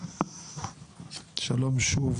שלום שוב